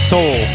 Soul